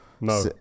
No